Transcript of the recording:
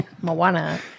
Moana